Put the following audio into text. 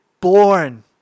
born